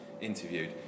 interviewed